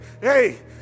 hey